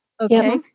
Okay